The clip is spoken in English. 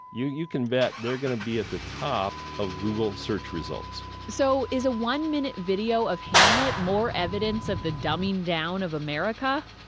you you can bet they're going to be at the top of google search results so is a one-minute video of hamlet more evidence of the dumbing down of america?